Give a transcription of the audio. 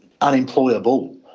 unemployable